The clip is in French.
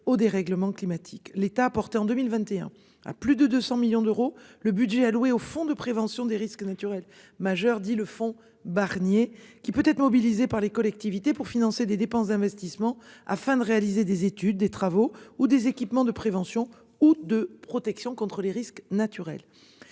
au dérèglement climatique. L'État a porté en 2021 à plus de 200 millions d'euros le budget alloué au fonds de prévention des risques naturels majeurs, dit le fonds Barnier qui peut être mobilisé par les collectivités pour financer des dépenses d'investissement afin de réaliser des études, des travaux ou des équipements de prévention ou de protection contre les risques naturels.